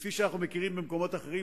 ממה שאנחנו מכירים במקומות אחרים.